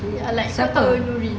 I like siapa nurin